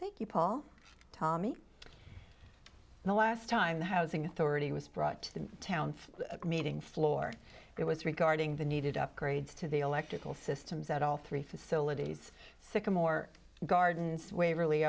so thank you paul tommy the last time the housing authority was brought to the town meeting floor it was regarding the needed upgrades to the electrical systems at all three facilities sycamore gardens waverl